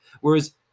Whereas